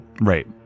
right